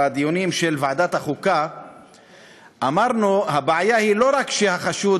שבדיונים של ועדת החוקה אמרנו: הבעיה היא לא רק שהחשוד